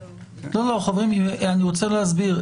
חברים, אני רוצה להסביר.